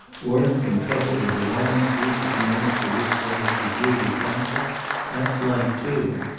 work and trouble, and a long sleep at the end for which let us be duly thankful that's life, too.